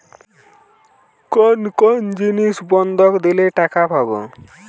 কোন কোন জিনিস বন্ধক দিলে টাকা পাব?